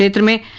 to me